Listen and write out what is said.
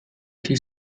chi